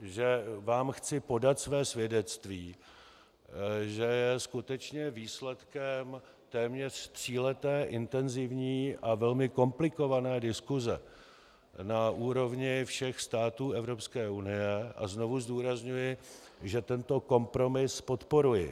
Že vám chci podat své svědectví, že je skutečně výsledkem téměř tříleté intenzivní a velmi komplikované diskuse na úrovni všech států Evropské unie, a znovu zdůrazňuji, že tento kompromis podporuji.